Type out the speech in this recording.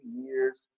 years